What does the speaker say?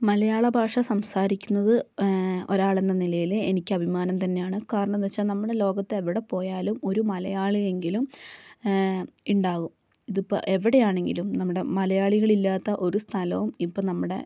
മലയാള ഭാഷ സംസാരിക്കുന്നത് ഒരാൾ എന്ന നിലയില് എനിക്ക് അഭിമാനം തന്നെയാണ് കാരണം എന്താ വെച്ചാൽ നമ്മുടെ ലോകത്ത് എവിടെ പോയാലും ഒരു മലയാളി എങ്കിലും ഉണ്ടാകും ഇതിപ്പോൾ എവിടെയാണെങ്കിലും നമ്മുടെ മലയാളികള് ഇല്ലാത്ത ഒരു സ്ഥലവും ഇപ്പം നമ്മുടെ